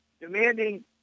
demanding